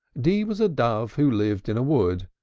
d was a dove, who lived in a wood,